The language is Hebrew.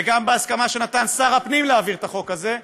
וגם בהסכמה שנתן שר הפנים להעביר את החוק הזה,